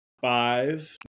Five